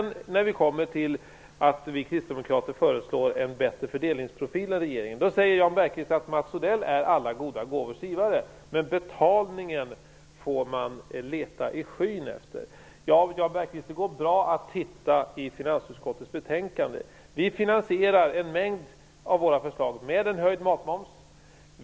När vi kristdemokrater föreslår en bättre fördelningsprofil än regeringen säger Jan Bergqvist att Mats Odell är alla goda gåvors givare, men betalningen får man leta i skyn efter. Det går bra att titta i finansutskottets betänkande. Vi finansierar en mängd av våra förslag med en höjd matmoms.